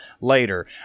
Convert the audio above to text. later